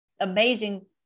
amazing